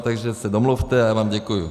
Takže se domluvte a já vám děkuji.